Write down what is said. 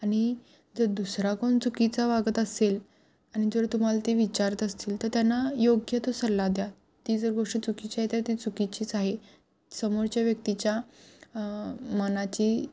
आणि जर दुसरा कोण चुकीचा वागत असेल आणि जर तुम्हाला ते विचारत असतील तर त्यांना योग्य तो सल्ला द्या ती जर गोष्ट चुकीची आहे तर ती चुकीचीच आहे समोरच्या व्यक्तीच्या मनाची